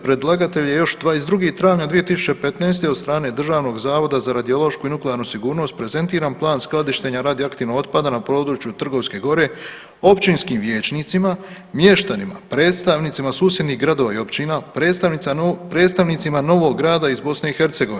Predlagatelju je još 22. travnja 2015. od strane Državnog zavoda za radiološku i nuklearnu sigurnost prezentiran plan skladištenja radioaktivnog otpada na području Trgovske gore, općinskim vijećnicima, mještanima, predstavnicima susjednih gradova i općina, predstavnicima Novog Grada iz BiH.